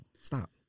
stop